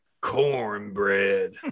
cornbread